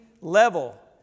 Level